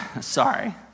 Sorry